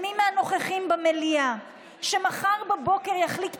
נוכח יאיר